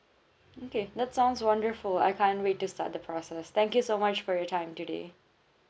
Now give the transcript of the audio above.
okay that sounds wonderful I can't wait to start the process thank you so much for your time today